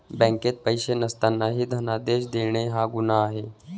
बँकेत पैसे नसतानाही धनादेश देणे हा गुन्हा आहे